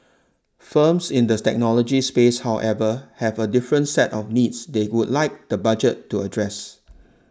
firms in the technology space however have a different set of needs they would like the budget to address